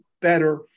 better